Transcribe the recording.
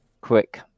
Quick